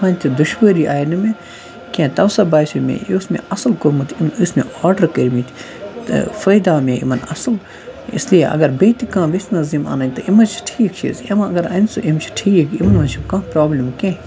کٕہٕنۍ تہِ دُشوٲری آے نہٕ مےٚ کینٛہہ تَمہِ ساتہٕ باسیو مےٚ یہِ یہِ اوس مےٚ اَصٕل کوٚرمُت یہِ اوس مےٚ آرڈَر کٔرۍ مٕتۍ تہٕ فٲیدٕ آو مےٚ یِمَن اَصٕل اِسلیے اگر بیٚیہِ تہِ کانٛہہ وٮ۪ژھِ نہ حظ یِم اَنٕنۍ تہٕ یِم حظ چھِ ٹھیٖک چیٖز یِم اگر اَنہِ سُہ یِم چھِ ٹھیٖک یِمَن نہ حظ چھِ کانٛہہ پرٛابلِم کینٛہہ